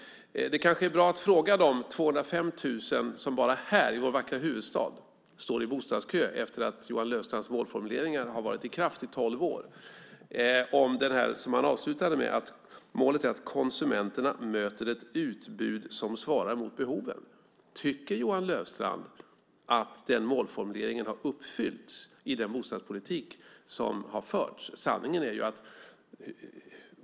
Det kanske vore bra att fråga de 205 000 som bara i vår vackra huvudstad står i bostadskö efter att Johan Löfstrands målformuleringar varit i kraft i tolv år. Han avslutade ju med att säga att målet är att konsumenterna möter ett utbud som svarar mot behoven. Tycker Johan Löfstrand att den målformuleringen uppfyllts genom den bostadspolitik som har förts?